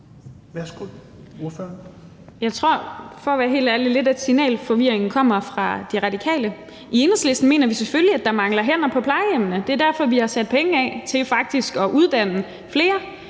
Jeg tror for at være helt ærlig lidt, at signalforvirringen kommer fra De Radikale. I Enhedslisten mener vi selvfølgelig, at der mangler hænder på plejehjemmene. Det er derfor, vi har sat penge af til faktisk at uddanne flere.